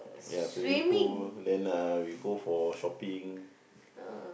ya swimming pool then uh we go for shopping